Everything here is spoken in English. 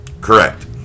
Correct